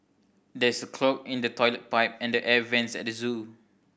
there is a clog in the toilet pipe and the air vents at the zoo